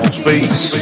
space